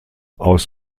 aus